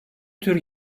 tür